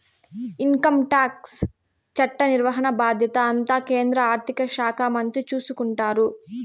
income tax చట్ట నిర్వహణ బాధ్యత అంతా కేంద్ర ఆర్థిక శాఖ మంత్రి చూసుకుంటారు